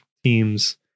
Teams